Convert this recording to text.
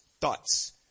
Thoughts